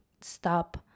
stop